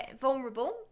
vulnerable